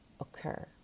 occur